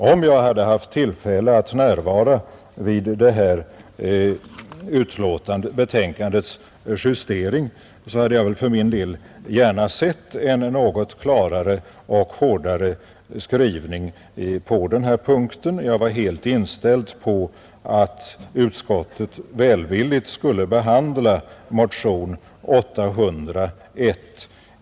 Om jag hade haft tillfälle att närvara vid justeringen av detta betänkande hade jag för min del gärna sett en något klarare och hårdare skrivning på den här punkten. Jag var helt inställd på att utskottet välvilligt skulle behandla motionen 801.